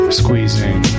squeezing